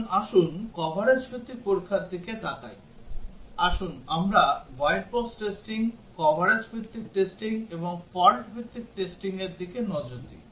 এখন আসুন কভারেজ ভিত্তিক পরীক্ষার দিকে তাকাই আসুন আমরা হোয়াইট বক্স টেস্টিং কভারেজ ভিত্তিক টেস্টিং এবং ফল্ট ভিত্তিক টেস্টিংয়ের দিকে নজর দেই